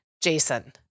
Jason